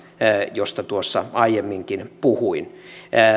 josta tuossa aiemminkin puhuin